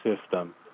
system